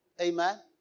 Amen